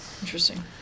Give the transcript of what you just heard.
Interesting